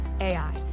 AI